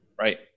Right